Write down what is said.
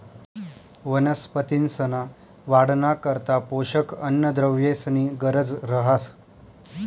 वनस्पतींसना वाढना करता पोषक अन्नद्रव्येसनी गरज रहास